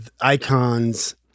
icons